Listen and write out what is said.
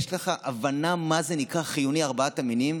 יש לך הבנה מה זה נקרא חיוני בארבעת המינים?